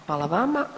Hvala vama.